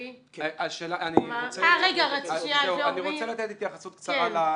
אני רוצה לתת התייחסות קצרה להצעה לסדר של חבר הכנסת פורר.